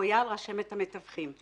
רשמת המתווכים.